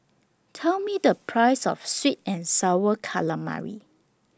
Tell Me The Price of Sweet and Sour Calamari